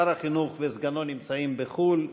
שר החינוך וסגנו נמצאים בחו"ל,